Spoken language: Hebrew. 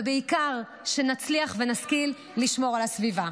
ובעיקר שנצליח ונשכיל לשמור על הסביבה.